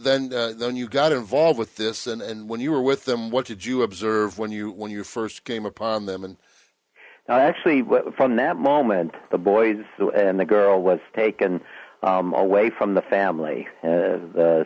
when you got involved with this and when you were with them what did you observe when you when you first came upon them and actually from that moment the boys and the girl was taken away from the family